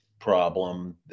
problem